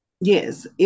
Yes